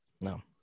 no